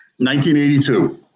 1982